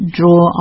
draw